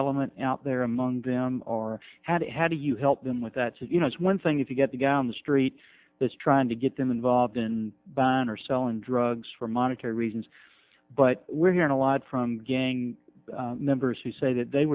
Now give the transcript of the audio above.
element out there among them or had it how do you help them with that so you know it's one thing if you get a guy on the street that's trying to get them involved in band or selling drugs for monetary reasons but we're hearing a lot from gang members who say that they